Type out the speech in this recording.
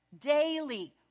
daily